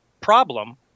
problem